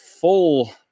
full